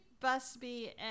Busby